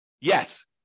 Yes